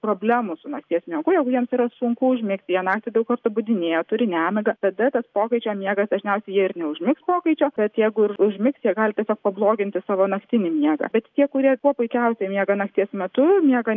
problemų su nakties miegu jeigu jiems yra sunku užmigti jie naktį daug kartų budinėja turi nemigą tada tas pokaičio miegas dažniausiai jie ir neužmigs pokaičio bet jeigu ir užmigs jie gali tiesiog pabloginti savo naktinį miegą bet tie kurie kuo puikiausiai miega nakties metu miega